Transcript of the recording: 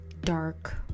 dark